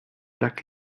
lac